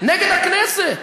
נגד הכנסת.